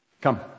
come